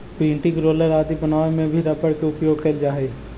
printing roller आदि बनावे में भी रबर के उपयोग कैल जा हइ